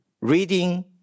reading